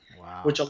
Wow